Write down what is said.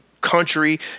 country